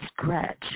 scratch